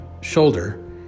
shoulder